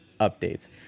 updates